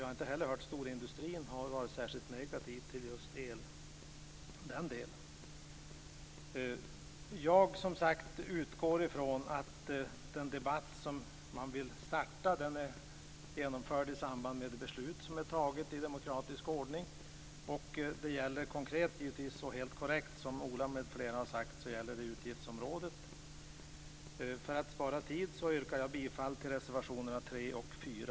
Jag har inte heller hört att storindustrin har varit särskilt negativ i just den delen. Jag utgår, som sagt, från att den debatt som man vill starta grundar sig på beslut som tagits i demokratisk ordning. Det gäller, som Ola m.fl. har sagt, utgiftsområdet energi. För att spara tid nöjer jag mig med att yrka bifall till reservationerna 3 och 4.